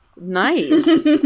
Nice